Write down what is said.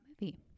movie